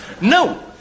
No